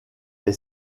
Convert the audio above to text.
est